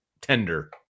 tender